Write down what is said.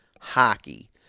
hockey